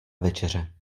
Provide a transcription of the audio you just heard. večeře